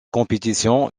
compétition